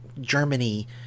germany